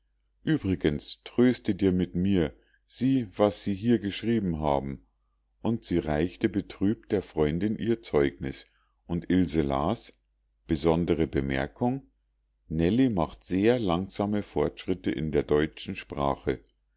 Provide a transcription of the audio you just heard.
uebrigens tröste dir mit mir sieh was sie hier geschrieben haben und sie reichte betrübt der freundin ihr zeugnis und ilse las besondere bemerkung nellie macht sehr langsame fortschritte in der deutschen sprache